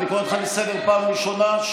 אני קורא אותך לסדר פעם ראשונה.